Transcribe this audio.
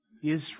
Israel